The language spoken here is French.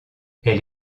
elle